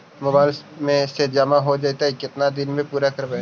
Mobile से जामा हो जैतय, केतना दिन में पुरा करबैय?